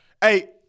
Hey